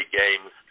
games